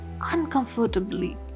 uncomfortably